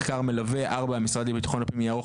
מחקר מלווה 4. המשרד לביטחון הפנים יערוך,